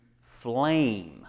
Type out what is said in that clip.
flame